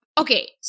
Okay